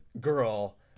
girl